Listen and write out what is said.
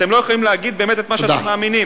אתם לא יכולים להגיד באמת את מה שאתם מאמינים.